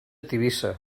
tivissa